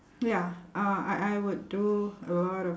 ya uh I I would do a lot of